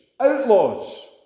Outlaws